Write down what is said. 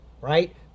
right